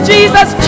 Jesus